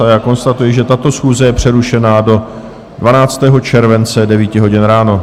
A já konstatuji, že tato schůze je přerušena do 12. července 9 hodin ráno.